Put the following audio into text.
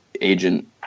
agent